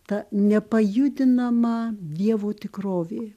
ta nepajudinama dievo tikrovė